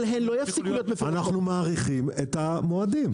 אנחנו מאריכים את המועדים.